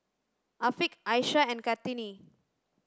Afiq Aishah and Kartini